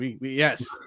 yes